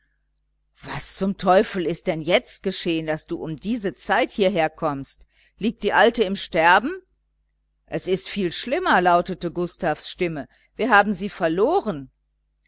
was zum teufel ist denn jetzt geschehen daß du um diese zeit hierher kommst liegt die alte im sterben es ist viel schlimmer lautete gustavs stimme wir haben sie verloren